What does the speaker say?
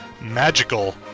magical